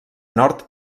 nord